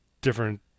different